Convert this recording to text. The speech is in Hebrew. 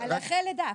זה אחרי לידה.